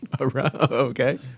Okay